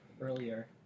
earlier